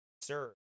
sir